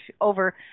over